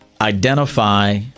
identify